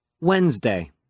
Wednesday